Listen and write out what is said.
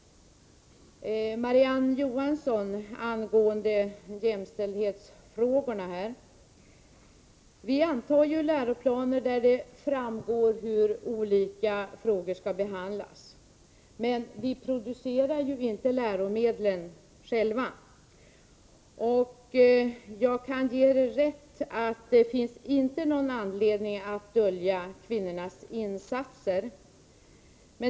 Marie-Ann Johansson talade om jämställdhetsfrågorna. Vi antar ju läroplaner där det framgår hur olika frågor skall behandlas, men vi producerar inte läromedlen själva. Jag kan ge Marie-Ann Johansson rätt i att det inte finns någon anledning att dölja kvinnornas insatser.